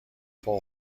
فوق